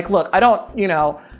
look, i don't, you know,